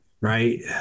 Right